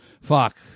fuck